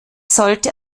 sollte